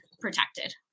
protected